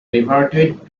reverted